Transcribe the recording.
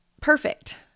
perfect